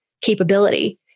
capability